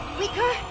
weaker.